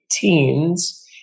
teens